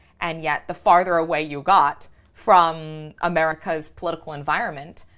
and yet the farther away you got from america's political environment,